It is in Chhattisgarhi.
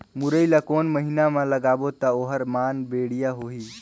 मुरई ला कोन महीना मा लगाबो ता ओहार मान बेडिया होही?